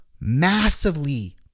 massively